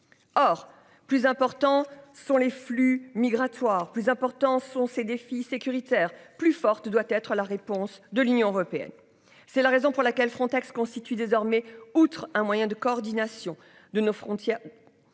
Or plus importants sont les flux migratoires plus importants sont ces défis sécuritaires plus forte doit être la réponse de l'Union européenne. C'est la raison pour laquelle Frontex constitue désormais outre un moyen de coordination de nos frontières.